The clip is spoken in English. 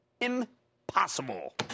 impossible